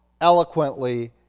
eloquently